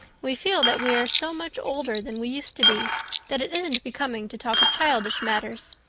we feel that we are so much older than we used to be that it isn't becoming to talk of childish matters.